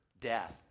death